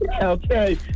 Okay